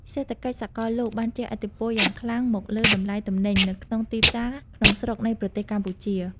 សេដ្ឋកិច្ចសកលលោកបានជះឥទ្ធិពលយ៉ាងខ្លាំងមកលើតម្លៃទំនិញនៅក្នុងទីផ្សារក្នុងស្រុកនៃប្រទេសកម្ពុជា។